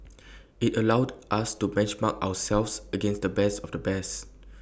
IT allowed us to benchmark ourselves against the best of the best